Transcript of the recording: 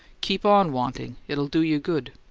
keep on wanting it'll do you good.